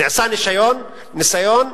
נעשה ניסיון,